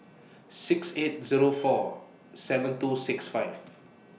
six eight Zero four seven two six five